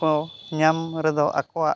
ᱠᱚ ᱧᱟᱢ ᱨᱮᱫᱚ ᱟᱠᱚᱣᱟᱜ